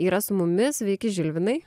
yra su mumis sveiki žilvinai